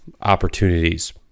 opportunities